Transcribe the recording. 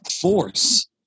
force